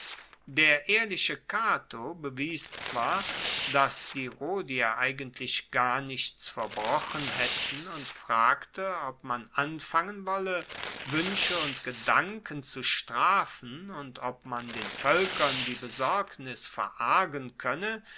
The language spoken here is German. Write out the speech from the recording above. der ehrliche cato bewies zwar dass die rhodier eigentlich gar nichts verbrochen haetten und fragte ob man anfangen wolle wuensche und gedanken zu strafen und ob man den voelkern die besorgnis verargen koenne